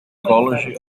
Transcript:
college